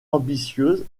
ambitieuse